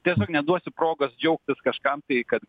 tiesiog neduosiu progos džiaugtis kažkam tai kad